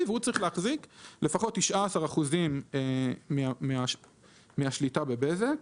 והוא צריך להחזיק לפחות ב-19% מהשליטה בבזק.